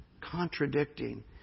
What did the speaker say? contradicting